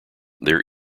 their